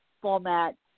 format